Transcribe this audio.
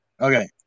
Okay